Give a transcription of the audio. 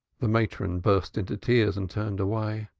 the matron burst into tears and turned away.